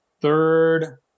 third